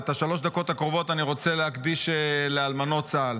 ואת שלוש הדקות הקרובות אני רוצה להקדיש לאלמנות צה"ל.